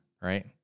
right